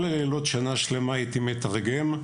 כל הלילות הייתי מתרגם,